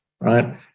right